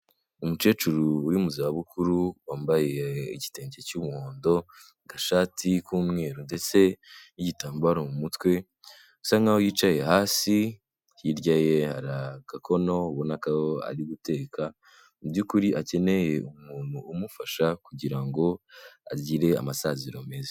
Umukecuru uri mu zabukuru, wambaye igitenge cy'umuhondo, agashati k'umweru ndetse n'igitambaro mu mutwe, asa nkaho yicaye hasi, hirya ye hari agakono ubona ko ari guteka, muby'ukuri akeneye umuntu umufasha kugira ngo agire amasaziro meza.